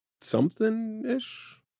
something-ish